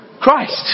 Christ